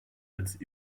als